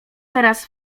teraz